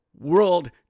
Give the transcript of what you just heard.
World